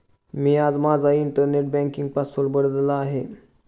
मी आज माझा internet banking password बदलला आहे